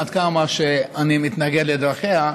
עד כמה שאני מתנגד לדרכיה,